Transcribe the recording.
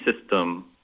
system